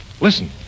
Listen